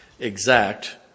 exact